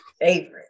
favorite